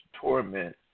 torment